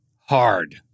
hard